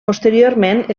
posteriorment